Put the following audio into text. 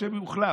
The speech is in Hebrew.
השם יוחלף.